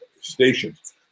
stations